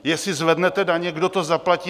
Jestli zvednete daně, kdo to zaplatí?